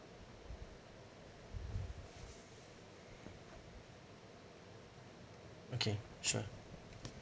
okay sure